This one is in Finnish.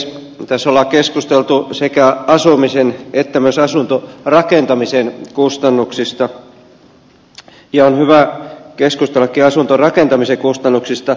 tässä on keskusteltu sekä asumisen että myös asuntorakentamisen kustannuksista ja on hyvä keskustellakin asuntorakentamisen kustannuksista